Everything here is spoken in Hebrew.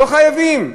לא חייבים.